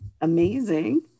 amazing